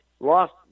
Lost